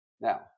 Now